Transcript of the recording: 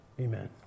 amen